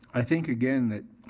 i think, again, that